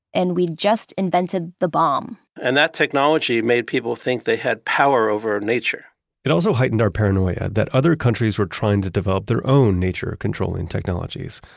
and we'd just invented the bomb and that technology made people think they had power over nature it also heightened our paranoia that other countries were trying to develop their own nature controlling technologies,